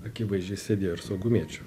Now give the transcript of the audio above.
akivaizdžiai sėdėjo ir saugumiečių